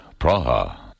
Praha